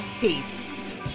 Peace